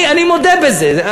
אני מודה בזה,